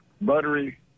buttery